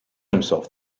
himself